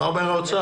מה אומר האוצר?